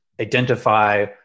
identify